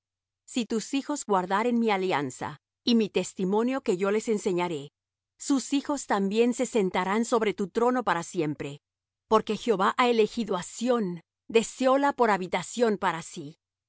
si tus hijos guardaren mi alianza y mi testimonio que yo les enseñaré sus hijos también se sentarán sobre tu trono para siempre porque jehová ha elegido á sión deseóla por habitación para sí